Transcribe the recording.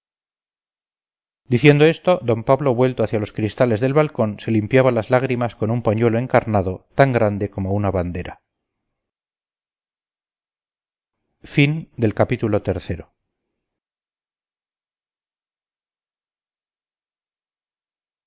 diciendo esto d pablo vuelto hacia los cristales del balcón se limpiaba las lágrimas con un pañuelo encarnado tan grande como una bandera